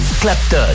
Clapton